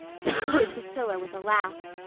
concluded priscilla with a laugh.